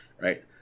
right